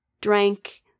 drank